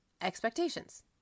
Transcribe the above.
expectations